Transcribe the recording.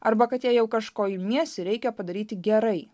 arba kad jei jau kažko imiesi reikia padaryti gerai